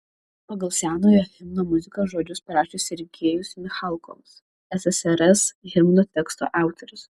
pagal senojo himno muziką žodžius parašė sergejus michalkovas ssrs himno teksto autorius